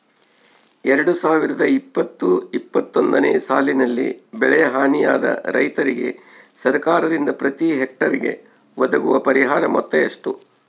ಎರಡು ಸಾವಿರದ ಇಪ್ಪತ್ತು ಇಪ್ಪತ್ತೊಂದನೆ ಸಾಲಿನಲ್ಲಿ ಬೆಳೆ ಹಾನಿಯಾದ ರೈತರಿಗೆ ಸರ್ಕಾರದಿಂದ ಪ್ರತಿ ಹೆಕ್ಟರ್ ಗೆ ಒದಗುವ ಪರಿಹಾರ ಮೊತ್ತ ಎಷ್ಟು?